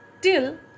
till